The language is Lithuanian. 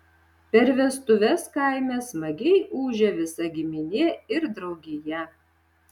per vestuves kaime smagiai ūžia visa giminė ir draugija